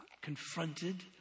confronted